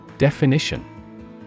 Definition